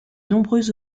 nombreux